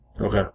Okay